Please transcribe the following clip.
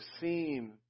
seen